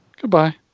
Goodbye